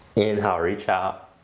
inhale reach out.